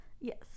Yes